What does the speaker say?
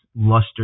luster